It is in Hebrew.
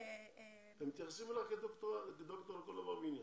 הם מתייחסים אליך כאל דוקטור לכל דבר ועניין.